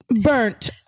burnt